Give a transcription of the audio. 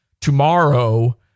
tomorrow